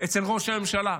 אצל ראש הממשלה.